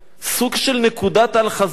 סוג של נקודת אל-חזור.